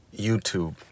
YouTube